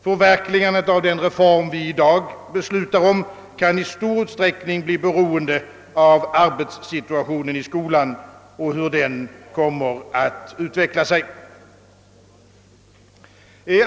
Förverkligandet av den reform vi i dag beslutar om kan i stor utsträckning bli beroende av hur arbetssituationen i skolan utvecklar sig.